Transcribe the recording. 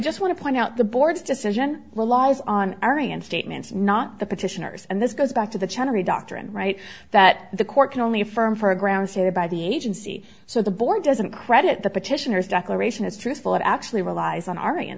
just want to point out the board's decision well laws on aryan statements not the petitioners and this goes back to the chandra doctrine right that the court can only affirm for a grounds here by the agency so the board doesn't credit the petitioners declaration is truthful it actually relies on aryan